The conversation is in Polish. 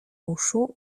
uszu